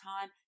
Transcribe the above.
time